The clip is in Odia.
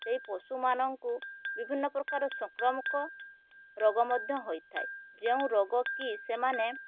ସେଇ ପଶୁମାନଙ୍କୁ ବିଭିନ୍ନ ପ୍ରକାର ସଂକ୍ରାମକ ରୋଗ ମଧ୍ୟ ହୋଇଥାଏ ଯେଉଁ ରୋଗ କି ସେମାନେ